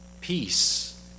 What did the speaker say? peace